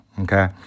okay